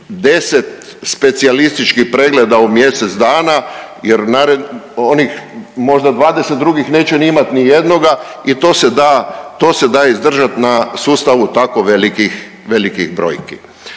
10 specijalističkih pregleda u mjesec dana jer onih možda 20 drugih neće ni imat ni jednoga i to se da, to se da izdržati na sustavu tako velikih brojki.